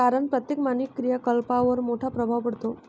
कारण प्रत्येक मानवी क्रियाकलापांवर मोठा प्रभाव पडतो